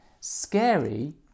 scary